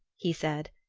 he said.